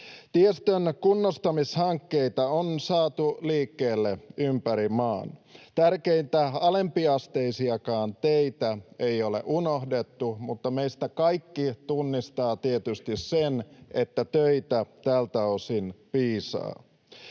Tiestön kunnostamishankkeita on saatu liikkeelle ympäri maan. Tärkeintä: alempiasteisiakaan teitä ei ole unohdettu, mutta meistä kaikki tunnistavat tietysti sen, että töitä tältä osin piisaa.